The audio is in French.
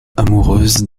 amoureuse